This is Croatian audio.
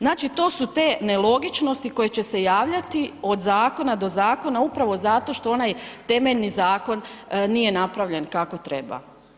Znači to su te nelogičnosti koje će se javljati od zakona do zakona upravo zato što onaj temeljni zakon nije napravljen kako treba.